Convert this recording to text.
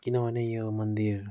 किनभने यो मन्दिर